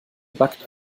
backt